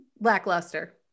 lackluster